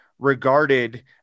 regarded